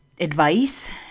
advice